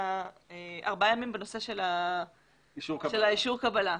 ארבעה ימים בנושא של אישור הקבלה.